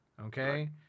Okay